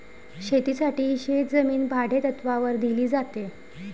शेतीसाठी शेतजमीन भाडेतत्त्वावर दिली जाते